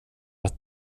att